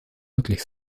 möglich